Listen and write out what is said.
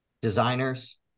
designers